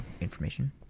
information